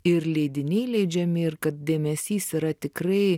ir leidiniai leidžiami ir kad dėmesys yra tikrai